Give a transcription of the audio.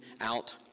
out